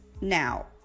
Now